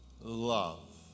love